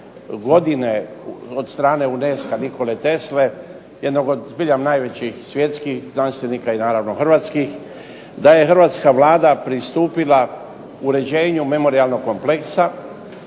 godine od strane UNESCO-a Nikole Tesle, jednog od zbilja najvećih svjetskih znanstvenika i naravno hrvatskih, da je hrvatska Vlada pristupila uređenju memorijalnog kompleksa